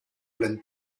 pleine